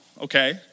okay